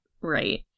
right